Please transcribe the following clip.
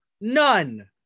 None